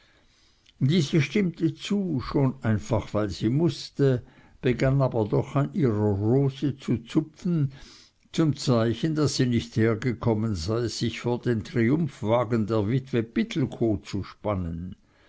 diese stimmte zu schon einfach weil sie mußte begann aber doch an ihrer rose zu zupfen zum zeichen daß sie nicht hergekommen sei sich vor den triumphwagen der witwe pittelkow zu spannen